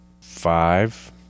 five